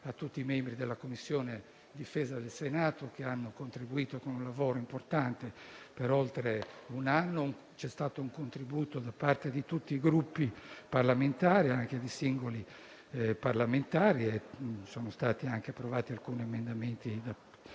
tutti i membri della Commissione difesa del Senato, che hanno contribuito con un lavoro importante, per oltre un anno. C'è stato un contributo da parte di tutti i Gruppi parlamentari e anche di singoli parlamentari e sono stati approvati alcuni emendamenti pervenuti